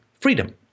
freedom